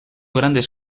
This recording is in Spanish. grandes